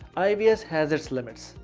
ivs has its limits,